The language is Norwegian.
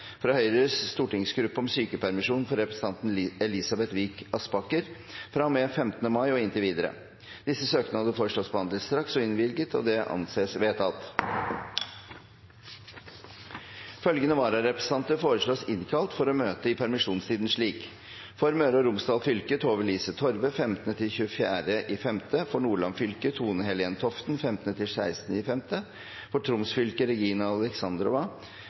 fra Høyres stortingsgruppe om sykepermisjon for representanten Elisabeth Vik Aspaker fra og med 15. mai og inntil videre Etter forslag fra presidenten ble enstemmig besluttet: Søknadene behandles straks og innvilges. Følgende vararepresentanter foreslås innkalt for å møte i permisjonstiden: For Møre og Romsdal fylke: Tove-Lise Torve 15.–24. mai For Nordland fylke: Tone-Helen Toften 15.–16. mai For Troms fylke: Regina Alexandrova